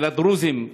והדרוזים,